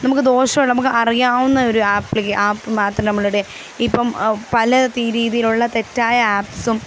നമുക്ക് ദോഷമുള്ള നമുക്ക് അറിയാവുന്ന ഒരു ആപ്പു മാത്രം നമ്മളുടെ ഇപ്പം പല രീതിയിലുള്ള തെറ്റായ ആപ്സും